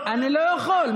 אני לא יכול.